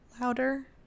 Louder